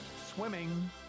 swimming